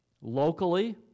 locally